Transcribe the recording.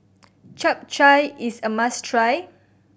Chap Chai is a must try